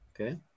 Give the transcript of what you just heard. Okay